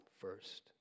first